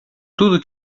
tudo